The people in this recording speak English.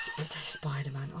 Spider-Man